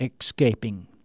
escaping